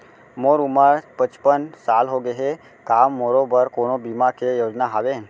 मोर उमर पचपन साल होगे हे, का मोरो बर कोनो बीमा के योजना हावे?